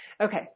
okay